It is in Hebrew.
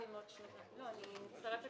אני מצטרפת